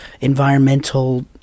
environmental